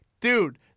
dude